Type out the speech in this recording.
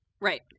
Right